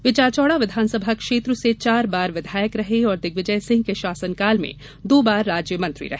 वे चाचौड़ा विधानसभा क्षेत्र से चार बार विधायक रहे और दिग्विजय सिंह के शासनकाल में दो बार राज्य मंत्री रहे